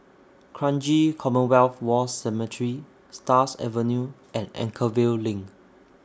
Kranji Commonwealth War Cemetery Stars Avenue and Anchorvale LINK